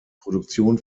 produktion